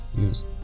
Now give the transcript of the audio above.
use